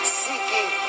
seeking